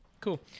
cool